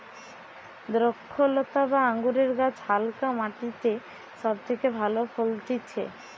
দ্রক্ষলতা বা আঙুরের গাছ হালকা মাটিতে সব থেকে ভালো ফলতিছে